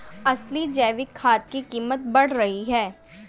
असली जैविक खाद की कीमत बढ़ रही है